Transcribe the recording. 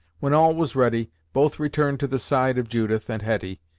when all was ready, both returned to the side of judith and hetty,